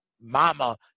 mama